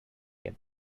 get